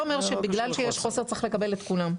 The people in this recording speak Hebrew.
זה לא אומר שבגלל שיש חוסר צריך לקבל את כולם.